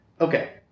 Okay